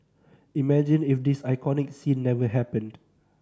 imagine if this iconic scene never happened